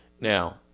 Now